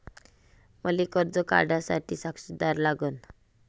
मले कर्ज काढा साठी साक्षीदार लागन का?